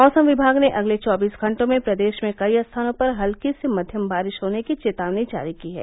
मौसम विभाग ने अगले चौबीस घंटों में प्रदेश में कई स्थानों पर हल्की से मध्यम बारिश होने की चेतावनी जारी की है